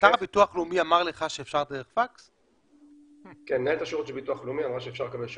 אתר הביטוח הלאומי אמר לך שאפשר לפנות באמצעות הפקס?